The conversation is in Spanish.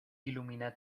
ilumina